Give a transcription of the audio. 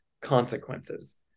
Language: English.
consequences